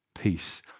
peace